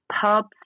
pubs